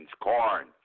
corn